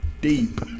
deep